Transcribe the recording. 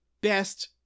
best